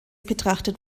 betrachtet